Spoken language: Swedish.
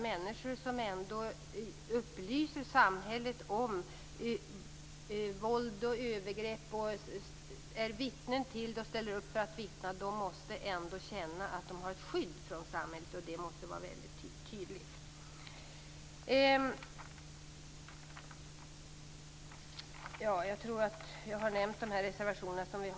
Människor som upplyser samhället om våld och övergrepp och ställer upp och vittnar måste känna att de får ett skydd från samhällets sida. Det måste vara tydligt.